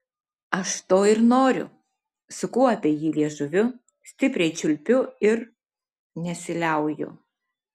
aš to ir noriu suku apie jį liežuviu stipriai čiulpiu ir nesiliauju